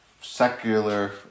secular